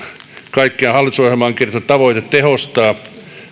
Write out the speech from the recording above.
kaikkiaan hallitusohjelmaan kirjattu tavoite tehostaa